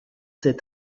ses